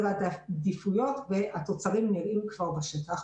העדיפויות והתוצרים נראים כבר בשטח.